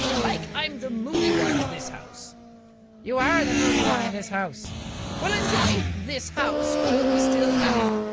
like i'm the moody one in this house you are the moody one in this house well enjoy this house while we still have it